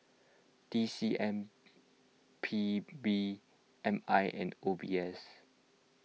T C M P B M I and O B S